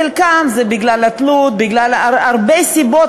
חלקן זה בגלל התלות ובגלל הרבה סיבות,